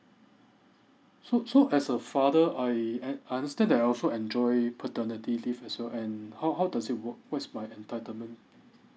so so as a father I un~ understand that I also enjoy paternity leave as well and how how does it work what is my entitlement